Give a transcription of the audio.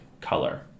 color